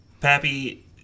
Pappy